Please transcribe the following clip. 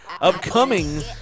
upcoming